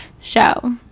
show